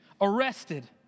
arrested